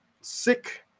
sick